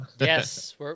yes